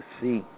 see